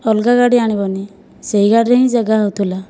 ଅଲଗା ଗାଡ଼ି ଆଣିବନି ସେଇ ଗାଡ଼ି ରେ ହିଁ ଜାଗା ହେଉଥିଲା